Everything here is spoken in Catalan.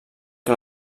que